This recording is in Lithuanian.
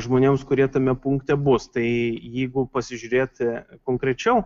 žmonėms kurie tame punkte bus tai jeigu pasižiūrėti konkrečiau